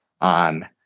on